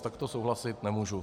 Takto souhlasit nemůžu.